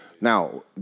Now